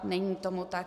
Není tomu tak.